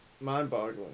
mind-boggling